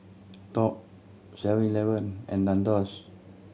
top Seven Eleven and Nandos